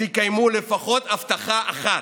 תקיימו לפחות הבטחה אחת.